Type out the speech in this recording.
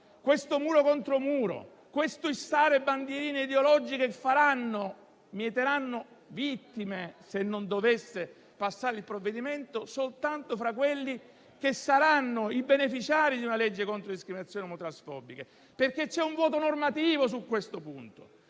questo muro contro muro, è l'issare bandierine ideologiche che mieteranno vittime, se non dovesse passare il provvedimento, soltanto fra quelli che saranno i beneficiari di una legge contro la discriminazione omotransfobica, perché su questo punto